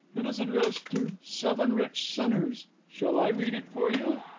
it is addressed to seven rich sinners shall i read it for you?